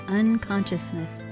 unconsciousness